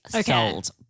sold